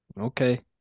Okay